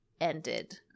ended